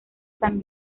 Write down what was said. san